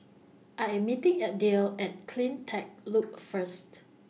I Am meeting Abdiel At CleanTech Loop First